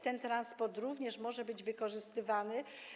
Ten transport również może być wykorzystywany.